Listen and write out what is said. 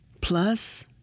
plus